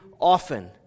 often